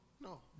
No